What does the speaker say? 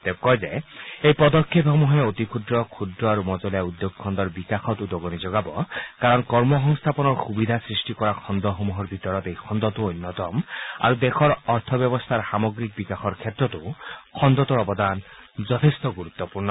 তেওঁ কয় যে এই পদক্ষেপসমূহে অতি ক্ষুদ্ৰ ক্ষুদ্ৰ আৰু মজলীয়া উদ্যোগ খণুৰ বিকাশত উদগণি যোগাব কাৰণ কৰ্ম সংস্থাপনৰ সুবিধা সৃষ্টি কৰা খণ্ডসমূহৰ ভিতৰত এই খণ্ডটো অন্যতম আৰু দেশৰ অৰ্থব্যৱস্থাৰ সামগ্ৰিক বিকাশৰ ক্ষেত্ৰতো খণ্ডটোৰ অৱদান যথেষ্ঠ গুৰুত্বপূৰ্ণ